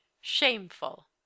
Shameful